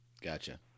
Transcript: gotcha